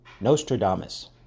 Nostradamus